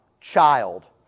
child